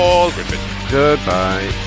Goodbye